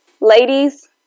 ladies